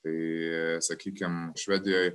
tai sakykim švedijoj